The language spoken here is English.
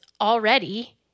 already